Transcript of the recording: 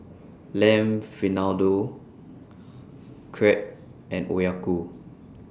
Lamb Vindaloo Crepe and Oyaku